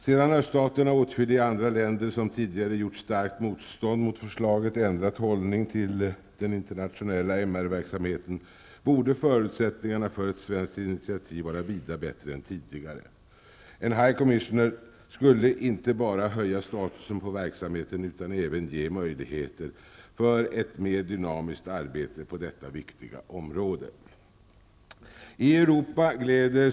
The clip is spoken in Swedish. Sedan öststaterna och åtskilliga andra länder, som tidigare gjort starkt motstånd mot förslaget, ändrat hållning till den internationella MR-verksamheten, borde förutsättningarna för ett svenskt initiativ vara vida bättre än tidigare. En High Commissioner skulle inte bara höja statusen på verksamheten utan även ge nya möjligheter för ett mer dynamiskt arbete på detta viktiga område.